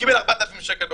קיבל 4,000 שקל בחודש.